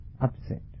upset